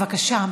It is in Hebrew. בבקשה,